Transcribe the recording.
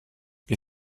wir